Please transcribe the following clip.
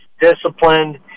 disciplined